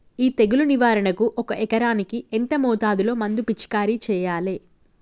ఈ తెగులు నివారణకు ఒక ఎకరానికి ఎంత మోతాదులో మందు పిచికారీ చెయ్యాలే?